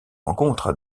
rencontres